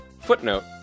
Footnote